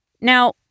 Now